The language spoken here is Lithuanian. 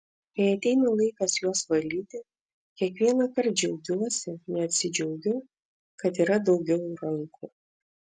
kai ateina laikas juos valyti kiekvienąkart džiaugiuosi neatsidžiaugiu kad yra daugiau rankų